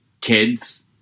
kids